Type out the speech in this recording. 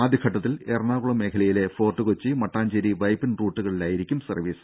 ആദ്യഘട്ടത്തിൽ എറണാകുളം മേഖലയിലെ ഫോർട്ട് കൊച്ചി മട്ടാഞ്ചേരി വൈപ്പിൻ റൂട്ടുകളിലായിരിക്കും സർവ്വീസ്